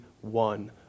one